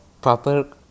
proper